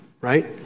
right